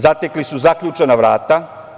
Zatekli su zaključana vrata.